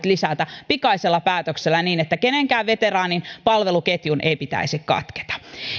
lisätä pikaisella päätöksellä niin että kenenkään veteraanin palveluketjun ei pitäisi katketa